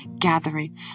gathering